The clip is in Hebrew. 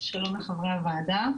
שלום לחברי הוועדה.